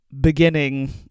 beginning